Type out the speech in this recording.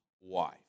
wife